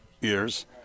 years